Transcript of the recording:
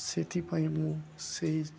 ସେଥିପାଇଁ ମୁଁ ସେଇ